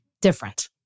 Different